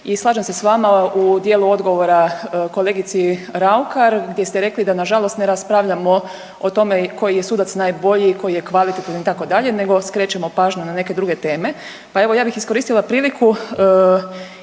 i slažem se s vama u dijelu odgovora kolegici Raukar gdje ste rekli da na žalost ne raspravljamo o tome koji je sudac najbolji i koji je kvalitetan itd., nego skrećemo pažnju na neke druge teme. Pa evo ja bih iskoristila priliku